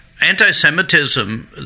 anti-Semitism